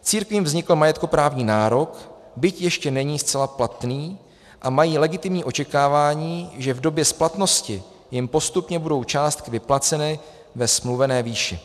Církvím vznikl majetkoprávní nárok, byť ještě není zcela platný, a mají legitimní očekávání, že v době splatnosti jim postupně budou částky vyplaceny ve smluvené výši.